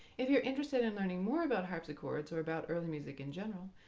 if you're interested in learning more about harpsichords or about early music in general,